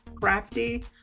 crafty